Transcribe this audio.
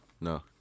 No